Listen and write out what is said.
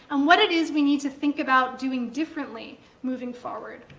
and what it is we need to think about doing differently moving forward.